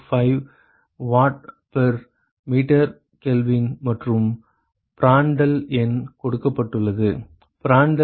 645 watt per meter Kelvin மற்றும் Prandtl எண் கொடுக்கப்பட்டுள்ளது பிராண்டல் எண் 4